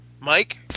Mike